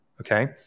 Okay